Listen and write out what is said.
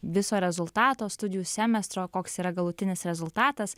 viso rezultato studijų semestro koks yra galutinis rezultatas